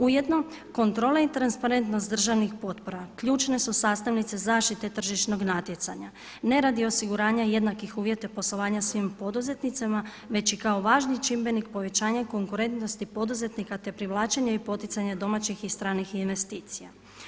Ujedno kontrola i transparentnost državnih potpora ključne su sastavnice zaštite tržišnog natjecanja ne radi osiguranja jednakih uvjeta poslovanja svim poduzetnicima već i kao važni čimbenik povećanja konkurentnosti poduzetnika te privlačenje i poticanje domaćih i stranih investicija.